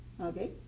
Okay